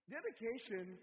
Dedication